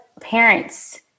parents